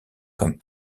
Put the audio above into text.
comme